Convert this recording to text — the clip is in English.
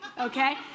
Okay